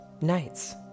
Nights